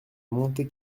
monte